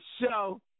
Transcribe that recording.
show